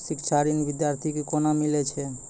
शिक्षा ऋण बिद्यार्थी के कोना मिलै छै?